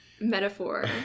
metaphor